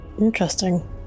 Interesting